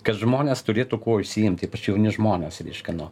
kad žmonės turėtų kuo užsiimti ypač jauni žmonės reiškia no